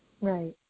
Right